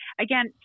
again